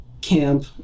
camp